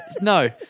No